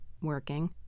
working